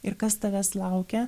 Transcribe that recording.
ir kas tavęs laukia